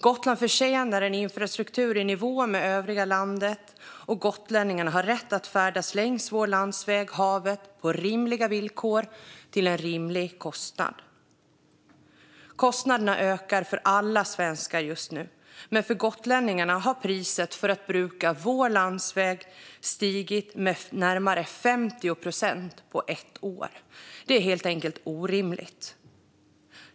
Gotland förtjänar en infrastruktur i nivå med övriga landets, och gotlänningarna har rätt att färdas längs vår landsväg havet på rimliga villkor till en rimlig kostnad. Kostnaderna ökar för alla svenskar just nu, men för gotlänningarna har priset för att bruka landsvägen stigit med närmare 50 procent på ett år. Det är helt enkelt orimligt.